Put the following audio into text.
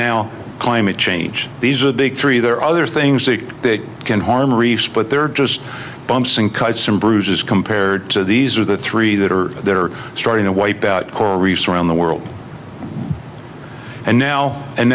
now climate change these are the big three there are other things that they can harm reefs but they're just bumps and bruises compared to these are the three that are there are starting to wipe out coral reefs around the world and now and